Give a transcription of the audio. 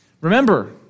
Remember